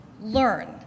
learn